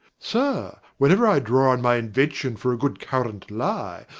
sir, whenever i draw on my invention for a good current lie,